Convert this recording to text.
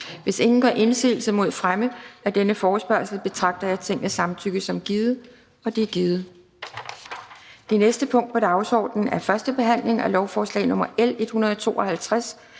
Hvis ingen gør indsigelse mod fremme af denne forespørgsel, betragter jeg Tingets samtykke som givet. Det er givet. --- Det næste punkt på dagsordenen er: 2) 1. behandling af lovforslag nr. L 152: